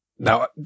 Now